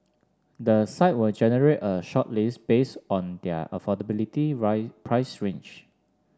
the site will generate a shortlist base on their affordability price range